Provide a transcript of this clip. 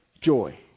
joy